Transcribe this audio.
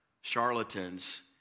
charlatans